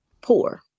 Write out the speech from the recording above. poor